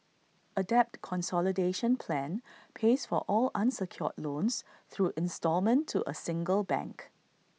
A debt consolidation plan pays for all unsecured loans through instalment to A single bank